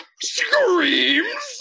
Screams